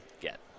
get